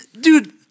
dude